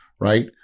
right